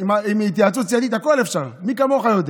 עם התייעצות סיעתית הכול אפשר, מי כמוך יודע.